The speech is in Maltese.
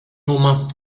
huma